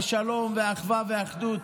ושלום ואחווה ואחדות,